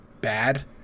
bad